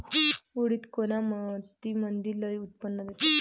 उडीद कोन्या मातीमंदी लई उत्पन्न देते?